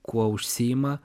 kuo užsiima